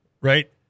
right